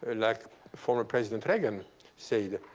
ah like former president reagan said.